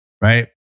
right